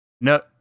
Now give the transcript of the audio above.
No